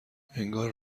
انگار